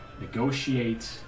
negotiate